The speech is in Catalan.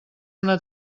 una